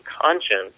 conscience